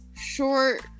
short